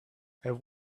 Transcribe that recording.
have